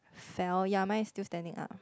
fell ya mine is still standing up